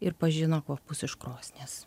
ir pažino kvapus iš krosnies